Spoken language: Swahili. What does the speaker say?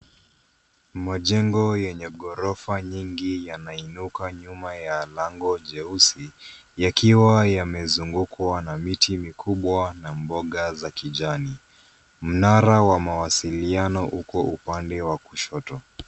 Majengo yenye ghorofa nyingi yanainuka nyuma ya lango jeusi yakiwa yamezungukwa na miti mikubwa na mboga za kijani. Mnara wa mawasiliano uko upande wa kushoto.